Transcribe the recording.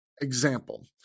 example